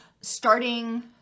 starting